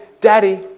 daddy